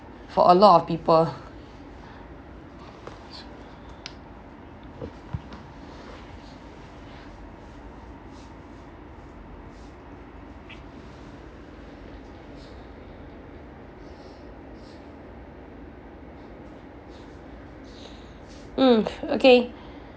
for a lot of people mm okay